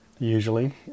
Usually